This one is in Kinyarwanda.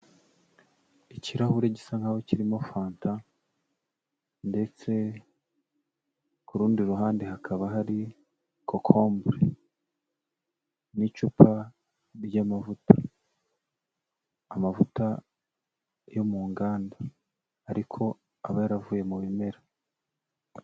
Ikirahure gisa nkaho kirimo fanta ndetse ku rundi ruhande hakaba hari kokombure n'icupa ry'amavuta, amavuta yo mu nganda ariko aba yaravuye mu bimera.